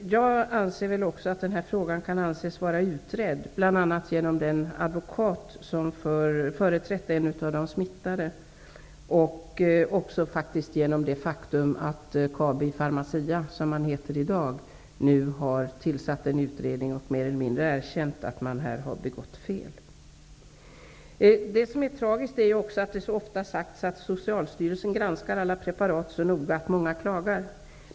Jag tycker också att den här frågan kan anses vara utredd, bl.a. genom den advokat som har företrätt en av de smittade och genom det faktum att Kabi Pharmacia, som företaget i dag heter, nu har tillsatt en utredning och mer eller mindre erkänt att man har begått fel. Det som också är tragiskt är att det så ofta har sagts att Socialstyrelsen granskar alla preparat så noga att många klagar.